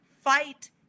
fight